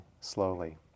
slowly